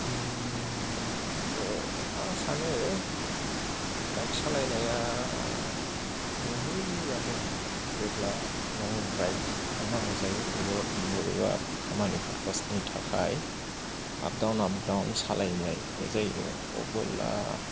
आं सानो बाइक सालायनाया मेंहोयोआनो जेब्ला लं द्राइभ खालामनांगौ जायो एबा बबेबा खामानि पारपस नि थाखाय आप डाउन आप डाउन सालायनाय जायो अब्ला